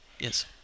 Yes